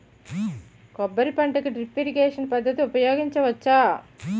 కొబ్బరి పంట కి డ్రిప్ ఇరిగేషన్ పద్ధతి ఉపయగించవచ్చా?